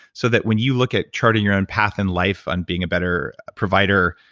so that when you look at charting your own path in life, on being a better provider,